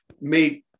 made